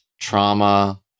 trauma